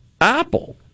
Apple